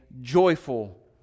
joyful